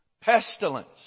Pestilence